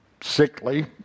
sickly